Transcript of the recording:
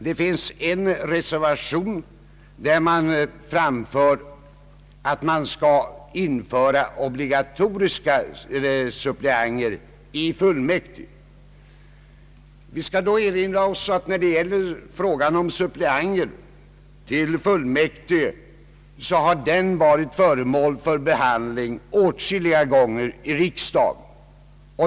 Det finns en reservation om obligatoriska suppleanter i fullmäktige. Vi skall då erinra oss att den frågan har varit föremål för behandling åtskilliga gånger i riksdagen.